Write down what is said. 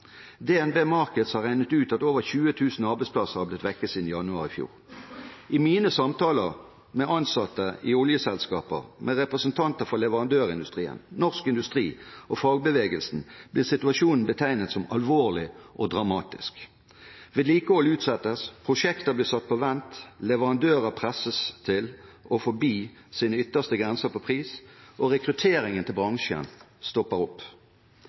DNB Markets har regnet ut at over 20 000 arbeidsplasser har blitt borte siden januar i fjor. I mine samtaler med ansatte i oljeselskaper, representanter for leverandørindustrien, Norsk Industri og fagbevegelsen blir situasjonen betegnet som alvorlig og dramatisk. Vedlikehold utsettes, prosjekter blir satt på vent, leverandører presses til, og forbi, sine ytterste grenser på pris, og rekrutteringen til bransjen stopper opp.